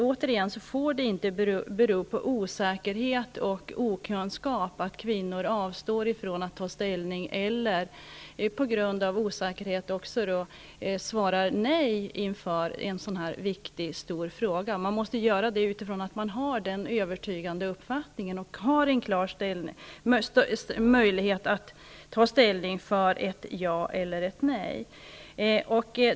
Återigen: Det får inte bero på osäkerhet och okunnighet att kvinnor avstår från att ta ställning eller svarar nej i en så stor och viktig fråga; man måste göra det med utgångspunkt i en övertygelse och ett klart ställningstagande som innebär ett ja eller ett nej.